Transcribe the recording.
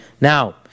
Now